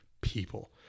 people